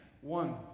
One